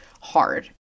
hard